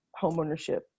homeownership